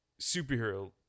superhero